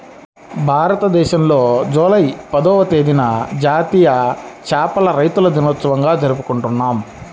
భారతదేశంలో జూలై పదవ తేదీన జాతీయ చేపల రైతుల దినోత్సవంగా జరుపుకుంటున్నాం